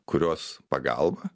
kurios pagalba